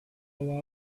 lot